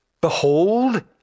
Behold